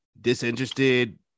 disinterested